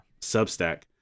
Substack